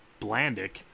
Blandick